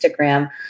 Instagram